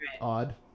odd